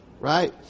right